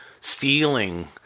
stealing